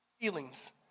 Feelings